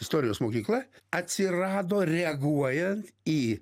istorijos mokykla atsirado reaguojant į